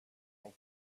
and